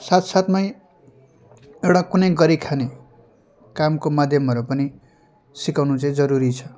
साथ साथमै एउटा कुनै गरिखाने कामको मध्यमहरू पनि सिकाउनु चाहिँ जरुरी छ